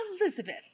Elizabeth